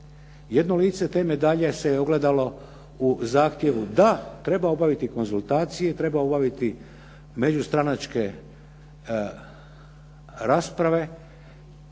Jedno lice te medalje se ogledalo u zahtjevu da treba obaviti konzultacije i treba obaviti međustranačke rasprave,